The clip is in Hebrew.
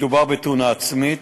מדובר בתאונה עצמית,